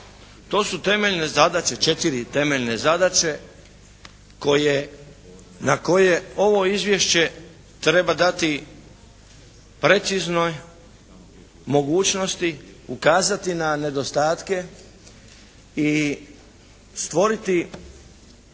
To su temeljne zadaće, četiri temeljne zadaće koje, na koje ovo izvješće treba dati precizno mogućnosti, ukazati na nedostatke i stvoriti